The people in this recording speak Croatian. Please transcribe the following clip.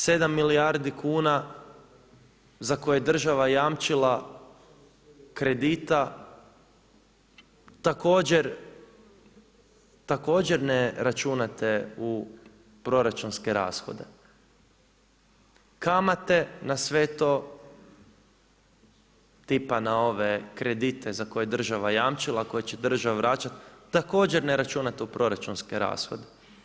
7 milijardi kuna za koje je država jamčila kredita, također ne računate u proračunske rashode, kamate na sve to tipa na ove kredite za koje je država jamčila, koje će država vraćati, također ne računate u proračunske rashode.